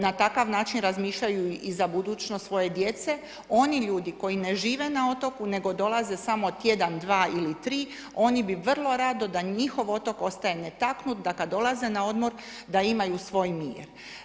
Na takav način razmišljaju i za budućnost svoje djece oni ljudi koji ne žive na otoku nego dolaze samo tjedan, dva ili tri oni bi vrlo rado da njihov otok ostane netaknut da kada dolaze na odmor da imaju svoj mir.